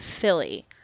philly